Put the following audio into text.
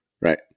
right